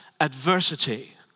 adversity